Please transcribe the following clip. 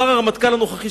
הרמטכ"ל הנוכחי,